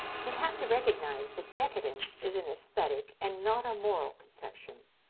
we have to recognize that decadence is an aesthetic and not a moral conception.